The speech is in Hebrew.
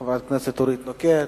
חברת הכנסת אורית נוקד,